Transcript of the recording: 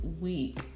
week